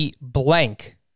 blank